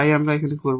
তাই আমরা করব